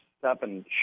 seven